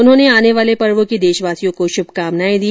उन्होंने आने वाले पर्वों की देशवासियों को शुभकामनाए दी